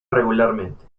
regularmente